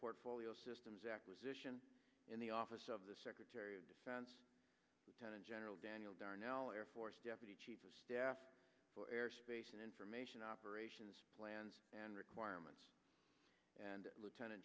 portfolio systems acquisition in the office of the secretary of defense attorney general daniel darnell air force deputy chief of staff for air space and information operations plans and requirements and lieutenant